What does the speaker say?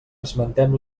esmentem